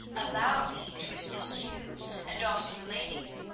allow me to assist you and also the ladies,